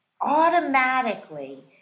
automatically